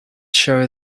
show